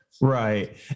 Right